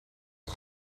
het